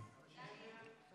חוק פקודת בריאות העם (מס' 36,